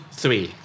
three